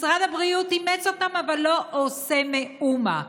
משרד הבריאות אימץ אותן, אבל לא עושה מאומה.